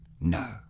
No